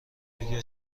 اگر